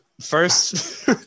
first